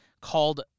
called